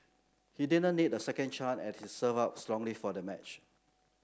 he didn't need a second chance as he served out strongly for the match